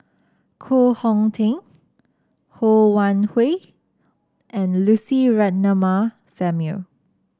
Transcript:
Koh Hong Teng Ho Wan Hui and Lucy Ratnammah Samuel